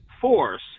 force